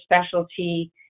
specialty